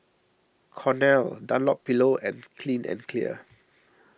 Cornell Dunlopillo and Clean and Clear